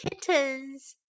kittens